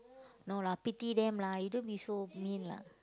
no lah pity them lah you don't be so mean lah